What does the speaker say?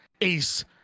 ace